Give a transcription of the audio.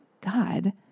God